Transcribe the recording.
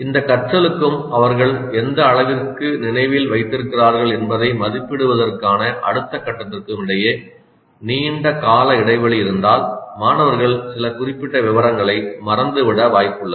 இந்த கற்றலுக்கும் அவர்கள் எந்த அளவிற்கு நினைவில் வைத்திருக்கிறார்கள் என்பதை மதிப்பிடுவதற்கான அடுத்த கட்டத்திற்கும் இடையே நீண்ட கால இடைவெளி இருந்தால் மாணவர்கள் சில குறிப்பிட்ட விவரங்களை மறந்து விட வாய்ப்புள்ளது